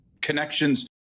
connections